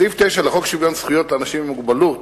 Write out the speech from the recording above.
סעיף 9 לחוק שוויון זכויות לאנשים עם מוגבלות